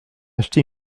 acheté